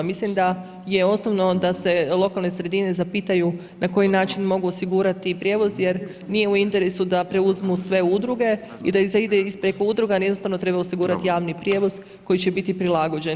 Mislim da je osnovno da se lokalne sredine zapitaju na koji način mogu osigurati prijevoz jer nije u interesu da preuzmu sve udruge i da ide preko udruga, jednostavno treba osigurati javni prijevoz koji će biti prilagođen.